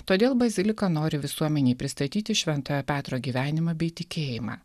todėl bazilika nori visuomenei pristatyti šventojo petro gyvenimą bei tikėjimą